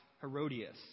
Herodias